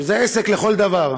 שזה עסק לכל דבר,